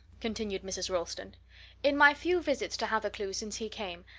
continued mrs. ralston in my few visits to hathercleugh since he came,